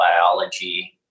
biology